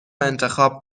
انتخاب